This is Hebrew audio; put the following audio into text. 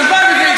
הלוואי.